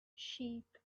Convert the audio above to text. sheep